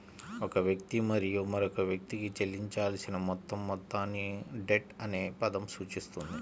ఒక వ్యక్తి మరియు మరొక వ్యక్తికి చెల్లించాల్సిన మొత్తం మొత్తాన్ని డెట్ అనే పదం సూచిస్తుంది